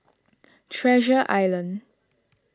Treasure Island